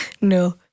no